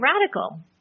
radical